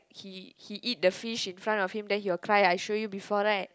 he he eat the fish in front of him then he will cry I show you before right